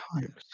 Times